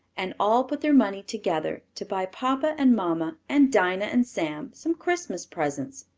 and all put their money together, to buy papa and mamma and dinah and sam some christmas presents.